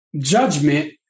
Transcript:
judgment